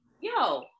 Yo